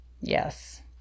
Yes